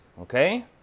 okay